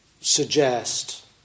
suggest